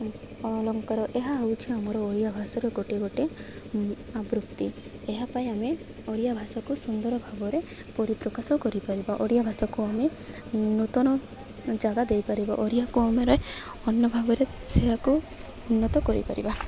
ଅଲଙ୍କାର ଏହା ହେଉଛି ଆମର ଓଡ଼ିଆ ଭାଷାର ଗୋଟିଏ ଗୋଟଏ ଆବୃତି ଏହା ପାଇଁ ଆମେ ଓଡ଼ିଆ ଭାଷାକୁ ସୁନ୍ଦର ଭାବରେ ପରିପ୍ରକାଶ କରିପାରିବା ଓଡ଼ିଆ ଭାଷାକୁ ଆମେ ନୂତନ ଜାଗା ଦେଇପାରିବା ଓରିଆକୁ ଆମର ଅନ୍ୟ ଭାବରେ ସେଆକୁ ଉନ୍ନତ କରିପାରିବା